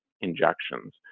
injections